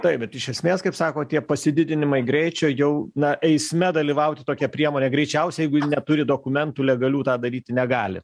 taip bet iš esmės kaip sako tie pasididinimai greičio jau na eisme dalyvauti tokia priemonė greičiausiai jeigu ji neturi dokumentų legalių tą daryti negali